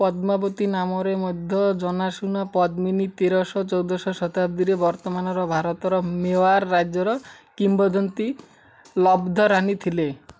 ପଦ୍ମାବତୀ ନାମରେ ମଧ୍ୟ ଜନାଶୁନା ପଦ୍ମିନୀ ତେରଶହ ଚଉଦଶହ ଶତାବ୍ଦୀରେ ବର୍ତ୍ତମାନର ଭାରତର ମେୱାର ରାଜ୍ୟର କିମ୍ବଦନ୍ତୀ ଲବ୍ଧରାନୀ ଥିଲେ